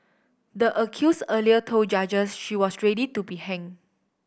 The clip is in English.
the accuse earlier told judges she was ready to be heng